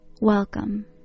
Welcome